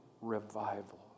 revival